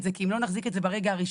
זה כי אם לא נחזיק את זה ברגע הראשון,